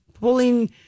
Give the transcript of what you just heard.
pulling